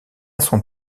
son